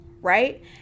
right